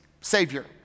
Savior